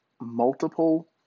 multiple